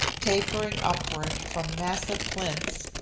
tapering upward from massive plinths,